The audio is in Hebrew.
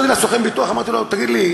התקשרתי לסוכן ביטוח ואמרתי לו: תגיד לי,